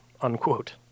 unquote